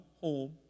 home